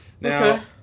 Now